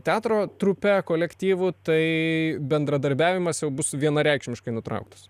teatro trupe kolektyvų tai bendradarbiavimas jau bus vienareikšmiškai nutrauktas